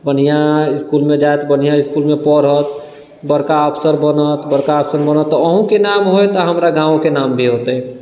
बढ़िआँ इसकुलमे जाएत बढ़िआँ इसकुलमे पढ़त बड़का अफसर बनत बड़का अफसर बनत तऽ अहूँके नाम हैत आओर हमरा गाँवोके नाम भी होतै